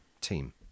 team